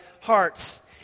hearts